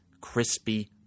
crispy